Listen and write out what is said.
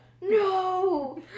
no